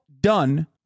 done